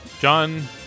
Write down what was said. John